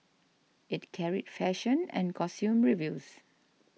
it carried fashion and costume reviews